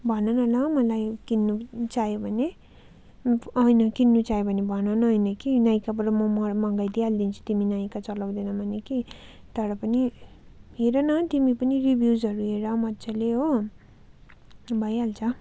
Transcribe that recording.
भन न ल मलाई किन्नु चाहियो भने होइन किन्नु चाहियो भने भन न होइन के नाइकाबाट म म मगाइदिइ हालिदिन्छु तिमी नाइका चलाउँदिनौँ भने कि तर पनि हेर न तिमी पनि रिभ्युजहरू हेर मजाले हो भइहाल्छ